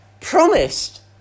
promised